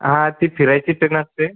हां ती फिरायची ट्रेन असते